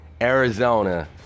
Arizona